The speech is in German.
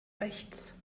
rechts